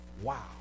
wow